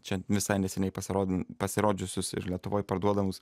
čia visai neseniai pasirod pasirodžiusius ir lietuvoj parduodamus